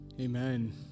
Amen